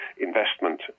investment